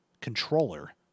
controller